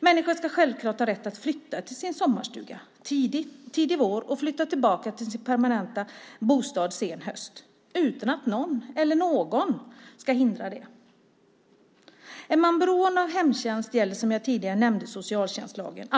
Människor ska självfallet ha rätt att flytta till sin sommarstuga tidig vår och flytta tillbaka till sin permanenta bostad sen höst utan att någon ska hindra det. Om man är beroende av hemtjänst gäller, som jag tidigare nämnde, socialtjänstlagen.